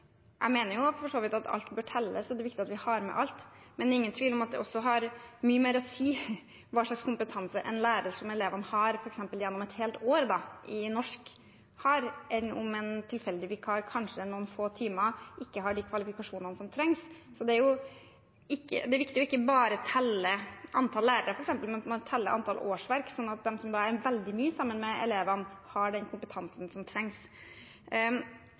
viktig at vi har med alt. Men det er ingen tvil om at det har mye mer å si hva slags kompetanse en lærer som elevene har f.eks. i norsk gjennom et helt år, har, enn om en tilfeldig vikar kanskje noen få timer ikke har de kvalifikasjonene som trengs. Det er viktig ikke bare å telle antallet lærere, men telle årsverk, sånn at de som er veldig mye sammen med elevene, har den kompetansen som trengs.